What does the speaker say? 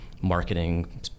marketing